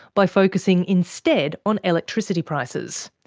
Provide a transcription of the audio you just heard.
by focusing instead on electricity prices.